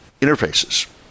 interfaces